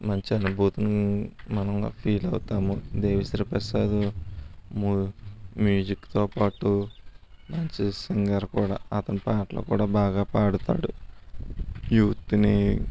మంచి అనుభూతిని మనం ఫీల్ అవుతాము దేవిశ్రీ ప్రసాద్ మూవీ మ్యూజిక్తో పాటు మంచి సింగర్ కూడా అతని పాటలు బాగా పాడుతాడు యూత్ని